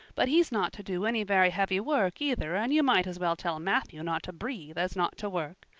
but he's not to do any very heavy work either and you might as well tell matthew not to breathe as not to work.